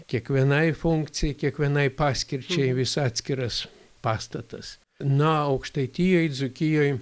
kiekvienai funkcijai kiekvienai paskirčiai vis atskiras pastatas na aukštaitijoj dzūkijoj